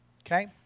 okay